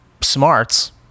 smarts